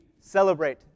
celebrate